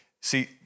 see